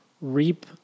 reap